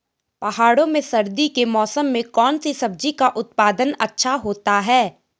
पहाड़ों में सर्दी के मौसम में कौन सी सब्जी का उत्पादन अच्छा होता है?